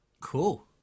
Cool